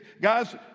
Guys